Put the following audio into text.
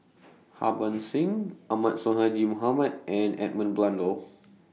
Harbans Singh Ahmad Sonhadji Mohamad and Edmund Blundell